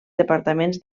departaments